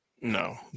No